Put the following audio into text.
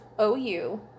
OU